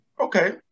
Okay